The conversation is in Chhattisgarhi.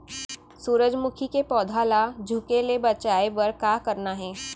सूरजमुखी के पौधा ला झुके ले बचाए बर का करना हे?